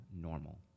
normal